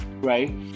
right